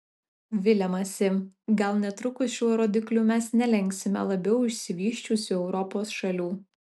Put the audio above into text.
viliamasi gal netrukus šiuo rodikliu mes nelenksime labiau išsivysčiusių europos šalių